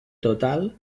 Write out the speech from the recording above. total